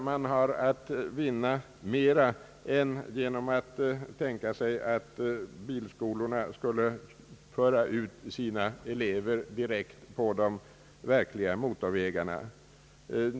Man vinner säkert mer med detta än genom att tänka sig att bilskolorna för ut sina elever direkt på de verkliga motorvägarna.